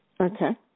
Okay